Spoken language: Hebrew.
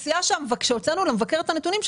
כשהוצאנו למבקר את הנתונים,